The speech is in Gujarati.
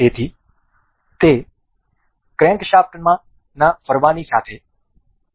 તેથી તે ક્રેંકશાફ્ટના ફરવાની સાથે ખસી શકે છે